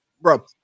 Bro